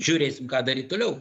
žiūrėsim ką daryt toliau